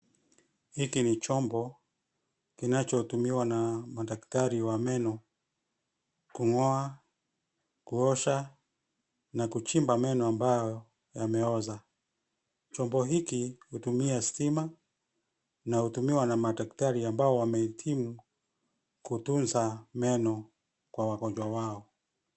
Hiki ni chombo kinachotumiwa na madaktari wa meno kung'oa, kuosha na kuchimba meno ambayo yameoza. Chombo hiki hutumia stima na hutumiwa na madaktari ambao wamehitimu kutunza meno kwa wagonjwa wao.